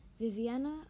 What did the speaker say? Viviana